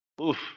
Oof